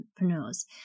entrepreneurs